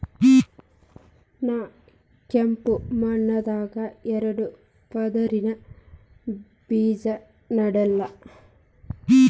ನಾ ಕೆಂಪ್ ಮಣ್ಣಾಗ ಎರಡು ಪದರಿನ ಬೇಜಾ ನೆಡ್ಲಿ?